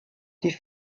die